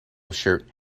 shirt